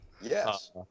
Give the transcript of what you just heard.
Yes